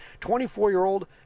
24-year-old